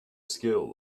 skill